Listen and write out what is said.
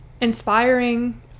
inspiring